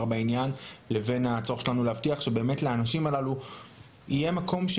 בעניין לבין הצורך שלנו להבטיח שלאנשים הללו יהיה באמת מקום,